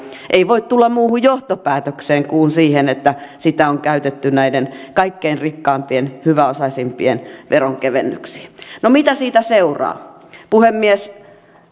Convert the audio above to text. ei voi tulla muuhun johtopäätökseen kuin siihen että sitä on käytetty kaikkein rikkaimpien hyväosaisimpien veronkevennyksiin no mitä siitä seuraa puhemies